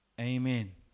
Amen